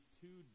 two